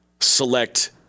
select